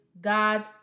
God